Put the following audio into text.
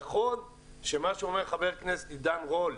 נכון שמה שאומר חבר הכנסת עידן רול,